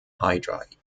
hydride